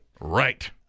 Right